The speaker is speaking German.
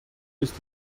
ist